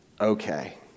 okay